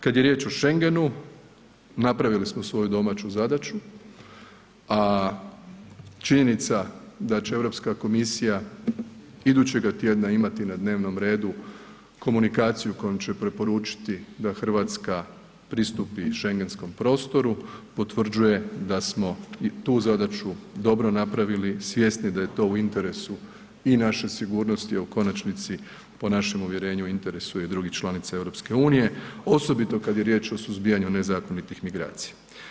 Kad je riječ o Schengenu, napravili smo svoju domaću zadaću, a činjenica da će Europska komisija idućega tjedna imati na dnevnom redu komunikaciju kojom će preporučiti da Hrvatska pristupi Schengenskom prostoru potvrđuje da smo i tu zadaću dobro napravili svjesni da je to u interesu i naše sigurnosti, a u konačnici po našem uvjerenju u interesu je i drugih članica EU osobito kad jer riječ o suzbijanju nezakonitih migracija.